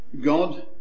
God